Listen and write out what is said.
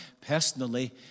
personally